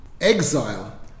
exile